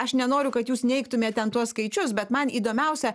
aš nenoriu kad jūs neigtumėt ten tuos skaičius bet man įdomiausia